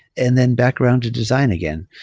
and then background to design again.